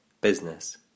business